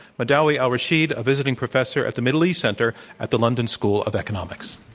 madawi al-rasheed, a visiting professor at the middle east center at the london school of economics.